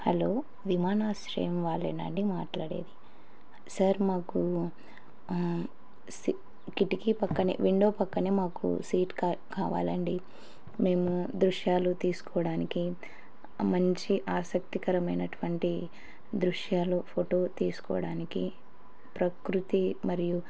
hello విమానాశ్రయం వాళ్ళేనాండి మాట్లాడేది సార్ మాకు కిటికీ పక్కనే విండో పక్కనే మాకు సీట్ కా కావాలండి మేము దృశ్యాలు తీసుకోవడానికి మంచి ఆసక్తికరమైనటువంటి దృశ్యాలు ఫోటో తీసుకోవడానికి ప్రకృతి మరియు